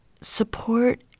support